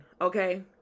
okay